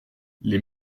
les